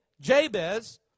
Jabez